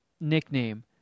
nickname